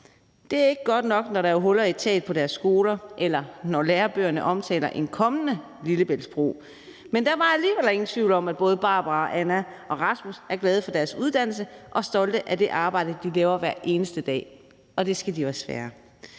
Det er ikke godt nok, når der er huller i taget på deres skoler, eller når lærebøgerne omtaler en kommende Lillebæltsbro, men der var alligevel ingen tvivl om, at både Barbara, Anna og Rasmus er glade for deres uddannelse og stolte af det arbejde, de laver hver eneste dag, og det skal de også være.